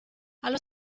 allo